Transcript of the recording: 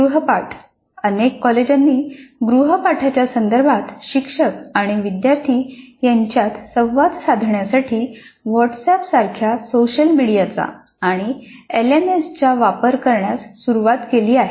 गृहपाठ अनेक कॉलेजांनी गृहपाठाच्या संदर्भात शिक्षक आणि विद्यार्थी यांच्यात संवाद साधण्यासाठी व्हॉट्सअँप सारख्या सोशल मीडियाचा आणि एलएमएस चा वापर करण्यास सुरवात केली आहे